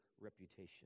reputation